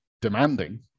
demanding